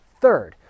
Third